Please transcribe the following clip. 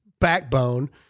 backbone